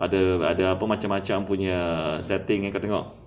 ada ada apa macam macam punya setting kau tengok